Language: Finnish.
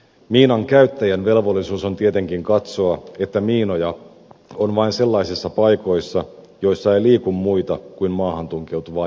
miinan käyttäjän velvollisuus on tietenkin katsoa että miinoja on vain sellaisissa paikoissa joissa ei liiku muita kuin maahan tunkeutuvaa jalkaväkeä